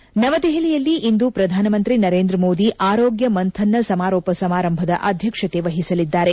head ನವದೆಹಲಿಯಲ್ಲಿ ಇಂದು ಪ್ರಧಾನ ಮಂತ್ರಿ ನರೇಂದ್ರ ಮೋದಿ ಆರೋಗ್ನ ಮಂಥನ್ ನ ಸಮಾರೋಪ ಸಮಾರಂಭದ ಅಧ್ಯಕ್ಷತೆ ವಹಿಸಲಿದ್ದಾರೆ